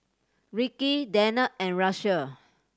Rikki Danette and Russel